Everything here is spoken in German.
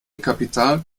kapital